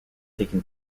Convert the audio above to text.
taken